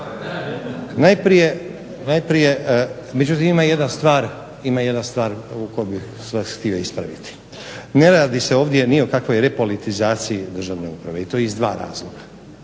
Najprije, međutim, ima jedna stvar u kojoj bih vas htio ispraviti. Ne radi se ovdje ni o kakvoj repolitizaciji državne uprave i to iz dva razloga.